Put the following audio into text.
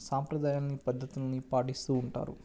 సాంప్రదాయాలను పద్దతులను పాటిస్తు ఉంటారు